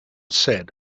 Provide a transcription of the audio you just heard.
said